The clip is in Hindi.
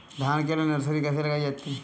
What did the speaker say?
धान के लिए नर्सरी कैसे लगाई जाती है?